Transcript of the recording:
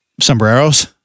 Sombreros